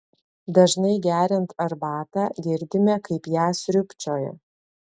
dažnai geriant arbatą girdime kaip ją sriubčioja